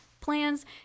plans